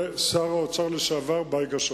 שר האוצר לשעבר בייגה שוחט.